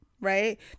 right